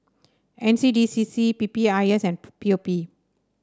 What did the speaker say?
N C D C C P P I S and P P O P